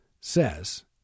says